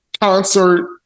concert